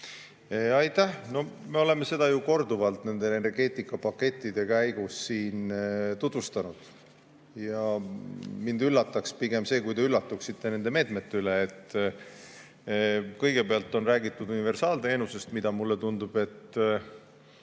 Aitäh! Me oleme seda ju korduvalt nende energeetikapakettide käigus siin tutvustanud. Mind üllataks pigem see, kui te üllatuksite nende meetmete üle. Kõigepealt on räägitud universaalteenusest, mida, mulle tundub, ka